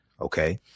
Okay